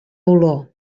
olor